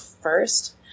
first